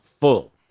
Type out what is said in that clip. full